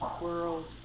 world